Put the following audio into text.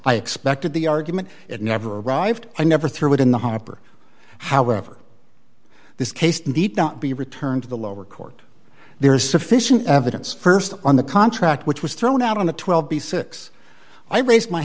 i expected the argument it never arrived i never threw it in the hopper however this case need not be returned to the lower court there is sufficient evidence st on the contract which was thrown out on the twelve b six i raised my